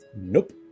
Nope